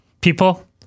People